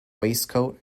waistcoat